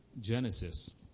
Genesis